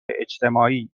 اجتماعی